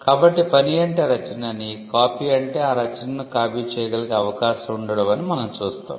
కాబట్టి పని అంటే రచన అని కాపీ అంటే ఆ రచనని కాపీ చేయగలిగే అవకాశo ఉండడమని మనం చూస్తాం